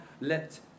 let